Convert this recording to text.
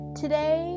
today